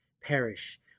perish